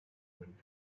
went